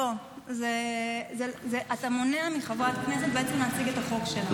בוא, אתה מונע מחברת כנסת בעצם להציג את החוק שלה.